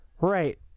right